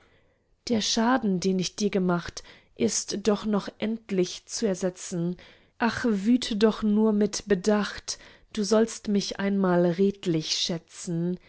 der schaden den ich dir gemacht ist doch noch endlich zu ersetzen ach wüte doch nur mit bedacht du sollst mich einmal redlich schätzen